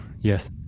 yes